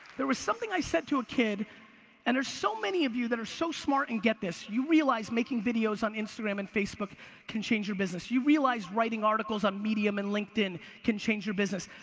there was something i said to a kid and there's so many of you that are so smart and get this. you realize making videos on instagram and facebook can change your business. you realize writing articles on medium and linkedin can change your business.